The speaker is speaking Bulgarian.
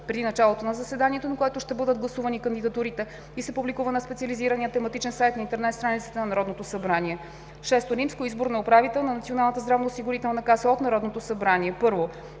преди началото на заседанието, на което ще бъдат гласувани кандидатурите, и се публикува на специализирания тематичен сайт на интернет страницата на Народното събрание. VI. Избор на управител на Националната здравноосигурителна каса от Народното събрание 1.